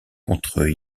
contre